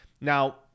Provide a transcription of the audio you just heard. Now